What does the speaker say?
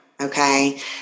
Okay